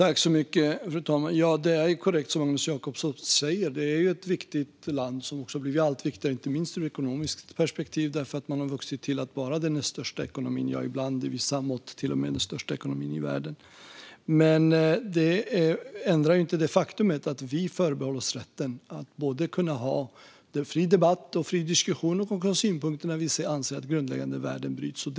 Fru talman! Det är korrekt som Magnus Jacobsson säger: Det är ett viktigt land som också blir allt viktigare, inte minst ur ett ekonomiskt perspektiv. Man har vuxit till att vara en av de största ekonomierna - ja, ibland, med vissa mått mätt, till och med den största ekonomin i världen. Det ändrar dock inte det faktum att vi förbehåller oss rätten att ha en fri debatt och en fri diskussion samt ha synpunkter när vi anser att grundläggande värden inte respekteras.